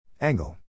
Angle